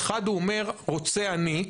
אחד הוא אומר רוצה אני.